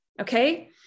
okay